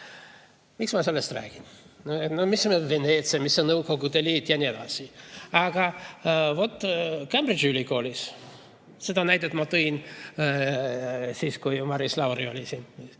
Miks ma sellest räägin? Mis on Veneetsia, mis on Nõukogude Liit ja nii edasi? Aga vot Cambridge'i ülikoolis – selle näite ma tõin siis, kui Maris Lauri siin